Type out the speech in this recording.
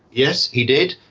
yes, he did,